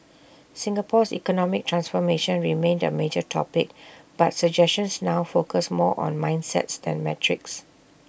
Singapore's economic transformation remained A major topic but suggestions now focused more on mindsets than metrics